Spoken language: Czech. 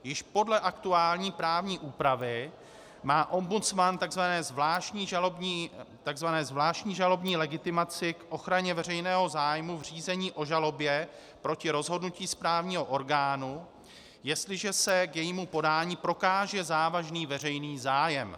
Již podle aktuální právní úpravy má ombudsman takzvanou zvláštní žalobní legitimaci k ochraně veřejného zájmu v řízení o žalobě proti rozhodnutí správního orgánu, jestliže se k jejímu podání prokáže závažný veřejný zájem.